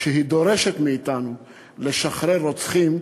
כשהיא דורשת מאתנו לשחרר רוצחים,